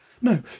No